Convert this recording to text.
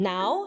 Now